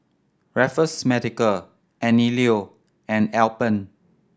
Raffles Medical Anello and Alpen